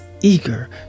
eager